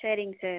சரிங்க சார்